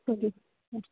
okay हां